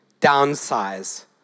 Downsize